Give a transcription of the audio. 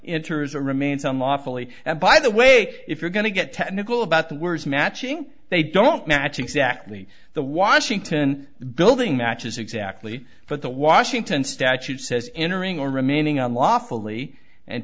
interest remains on lawfully and by the way if you're going to get technical about the words matching they don't match exactly the washington building matches exactly but the washington statute says entering or remaining on lawfully and